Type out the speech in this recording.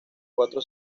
cuatro